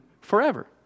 forever